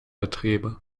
betriebe